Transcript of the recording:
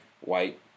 white